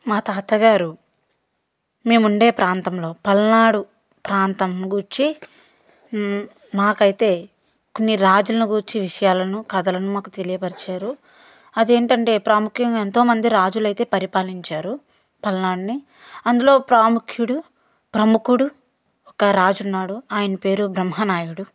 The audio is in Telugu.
మా తాతగారు మేముండే ప్రాంతంలో పల్నాడు ప్రాంతం గూర్చి మాకైతే కొన్ని రాజులను గూర్చి విషయాలను కథలను మాకు తెలియపరిచారు అదేంటంటే ప్రాముఖ్యంగా ఎంతో మంది రాజులైతే పరిపాలించారు పల్నాడుని అందులో ప్రాముఖ్యుడు ప్రముఖుడు ఒక రాజు ఉన్నాడు ఆయన పేరు బ్రహ్మనాయుడు